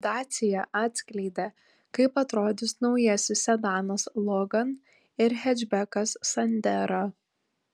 dacia atskleidė kaip atrodys naujasis sedanas logan ir hečbekas sandero